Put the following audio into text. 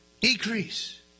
Decrease